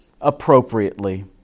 appropriately